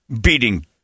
beating